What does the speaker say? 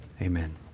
Amen